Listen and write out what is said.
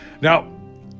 Now